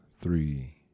three